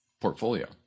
portfolio